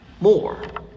more